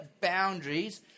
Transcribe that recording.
boundaries